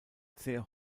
sehr